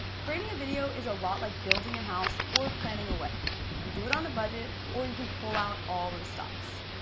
creating a video is a lot like building a house or planning a wedding. you can do it on a budget or you can pull out all of the stops.